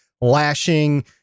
lashing